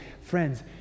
friends